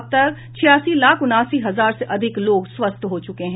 अब तक छियासी लाख उनासी हजार से अधिक लोग स्वस्थ हो चुके हैं